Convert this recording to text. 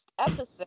episode